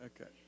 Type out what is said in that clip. Okay